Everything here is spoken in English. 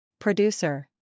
Producer